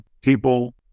people